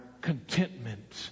contentment